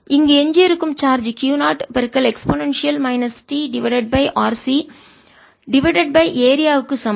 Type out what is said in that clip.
இங்கு எஞ்சியிருக்கும் charge Q 0 e t RC divided by area க்கு சமம்